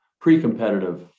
pre-competitive